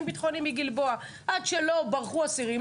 הביטחוניים מ"גלבוע": עד שלא ברחו האסירים,